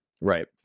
right